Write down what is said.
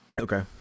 Okay